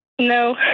No